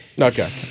Okay